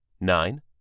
Nine